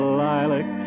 lilac